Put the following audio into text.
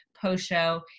post-show